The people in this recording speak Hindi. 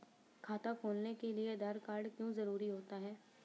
खाता खोलने के लिए आधार कार्ड क्यो जरूरी होता है?